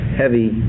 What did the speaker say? heavy